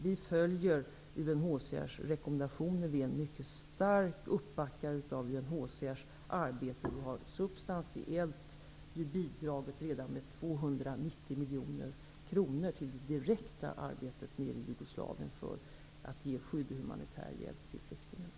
Vi följer UNHCR:s rekommendationer. Vi backar starkt upp UNHCR:s arbete, och vi har redan bidragit substantiellt med 290 miljoner kronor till det direkta arbetet i Jugoslavien för att ge skydd och humanitär hjälp till flyktingarna.